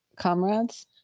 Comrades